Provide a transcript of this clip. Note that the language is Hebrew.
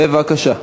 בבקשה.